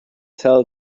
tell